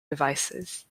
devices